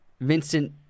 Vincent